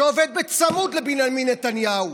שעובד צמוד לבנימין נתניהו?